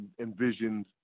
envisioned